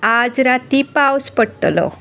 आज रातीं पावस पडटलो